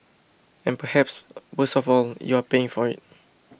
and perhaps worst of all you are paying for it